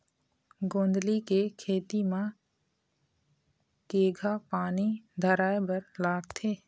गोंदली के खेती म केघा पानी धराए बर लागथे?